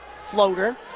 floater